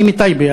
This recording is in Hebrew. היא מטייבה,